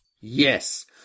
Yes